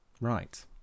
Right